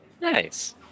Nice